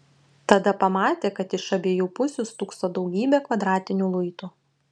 tada pamatė kad iš abiejų pusių stūkso daugybė kvadratinių luitų